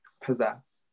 possess